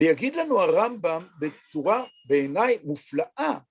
‫ויגיד לנו הרמב״ם בצורה בעיניי מופלאה.